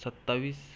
सत्तावीस